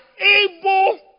able